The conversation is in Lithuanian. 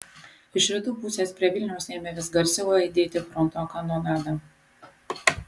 iš rytų pusės prie vilniaus ėmė vis garsiau aidėti fronto kanonada